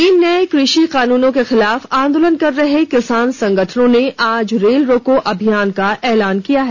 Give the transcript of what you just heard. तीन नए कृषि कानूनों के खिलाफ आंदोलन कर रहे किसान संगठनों ने आज रेल रोको अभियान का एलान किया है